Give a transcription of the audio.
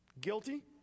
Guilty